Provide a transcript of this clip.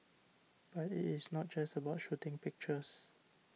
but it is not just about shooting pictures